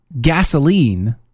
gasoline